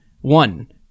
one